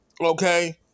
Okay